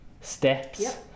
steps